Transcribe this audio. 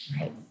Right